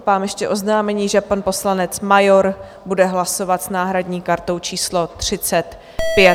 Mám ještě oznámení, že pan poslanec Major bude hlasovat s náhradní kartou číslo 35.